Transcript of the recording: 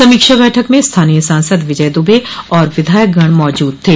समीक्षा बैठक में स्थानीय सांसद विजय दूबे और विधायकगण मौजूद थे